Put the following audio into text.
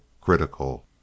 critical